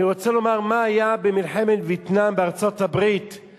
אני רוצה לומר מה היה בארצות-הברית במלחמת וייטנאם.